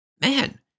man